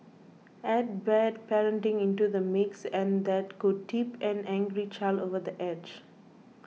add bad parenting into the mix and that could tip an angry child over the edge